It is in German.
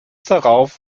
darauf